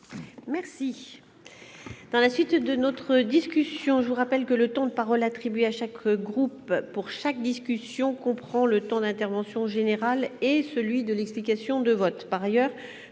merci. Dans la suite de notre discussion, je vous rappelle que le temps de parole attribués à chaque groupe pour chaque discussion qu'on prend le temps d'intervention en général et celui de l'explication de vote